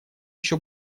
еще